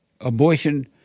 Abortion